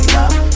love